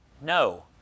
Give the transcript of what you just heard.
no